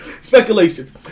Speculations